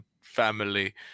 family